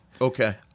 Okay